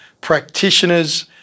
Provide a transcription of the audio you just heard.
practitioners